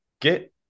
get